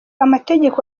amategeko